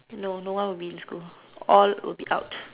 no no one will be in school all will be out